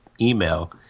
email